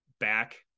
back